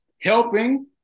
helping